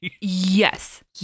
Yes